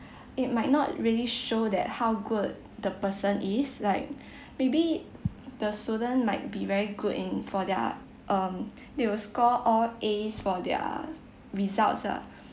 it might not really show that how good the person is like maybe the student might be very good in for their um they will score all A's for their results ah